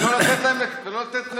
ולא לתת להם פיצוי?